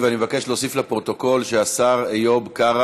ואני יודעת שהשר לביטחון פנים מנסה לסייע,